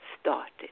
started